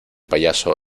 payaso